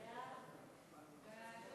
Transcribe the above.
ההצעה להעביר